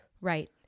Right